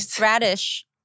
radish